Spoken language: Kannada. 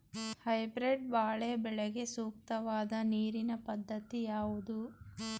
ಹೈಬ್ರೀಡ್ ಬಾಳೆ ಬೆಳೆಗೆ ಸೂಕ್ತವಾದ ನೀರಿನ ಪದ್ಧತಿ ಯಾವುದು?